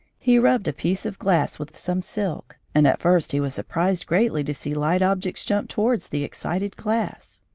he rubbed a piece of glass with some silk, and at first he was surprised greatly to see light objects jump towards the excited glass.